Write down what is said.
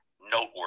noteworthy